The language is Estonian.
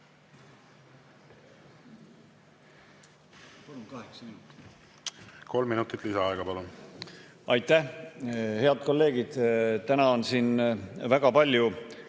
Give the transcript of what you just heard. Kolm minutit lisaaega, palun!